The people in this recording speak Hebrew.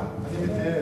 אני מתייעץ.